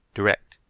direct.